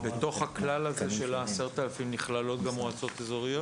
בתוך הכלל הזה של ה-10000 תושבים נכללות גם מועצות אזוריות?